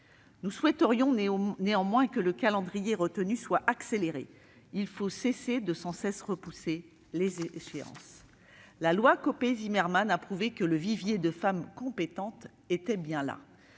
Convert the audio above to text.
nous souhaiterions que le calendrier retenu soit accéléré. Il faut cesser de repousser les échéances. La loi Copé-Zimmermann a prouvé que le vivier de femmes compétentes était bien là.